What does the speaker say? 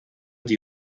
die